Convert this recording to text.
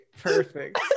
perfect